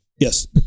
yes